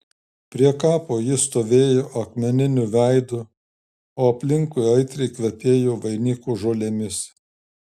prie kapo jis stovėjo akmeniniu veidu o aplinkui aitriai kvepėjo vainikų žolėmis